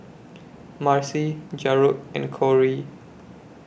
Marcy Jarod and Korey